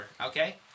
Okay